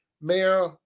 Mayor